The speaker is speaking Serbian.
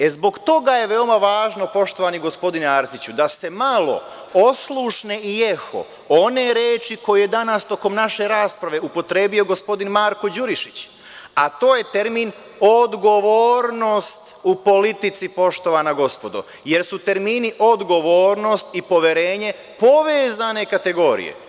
E, zbog toga je veoma važno, poštovani gospodine Arsiću, da se malo oslušne i eho one reči koju je danas tokom naše rasprave upotrebio gospodin Marko Đurišić, a to je termin odgovornost u politici, poštovana gospodo, jer su termini odgovornost i poverenje povezane kategorije.